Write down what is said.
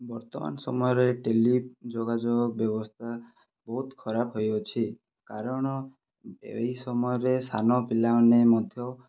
ବର୍ତ୍ତମାନ ସମୟରେ ଟେଲି ଯୋଗାଯୋଗ ବ୍ୟବସ୍ଥା ବହୁତ ଖରାପ ହୋଇଅଛି କାରଣ ଏହି ସମୟରେ ସାନ ପିଲାମାନେ ମଧ୍ୟ